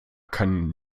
kann